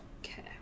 Okay